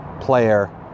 player